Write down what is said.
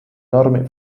norme